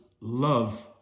love